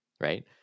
right